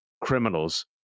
criminals